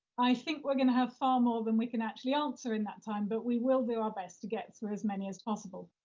i think we're gonna have far more than we can actually answer in that time, but we will do our best to get through as many as possible.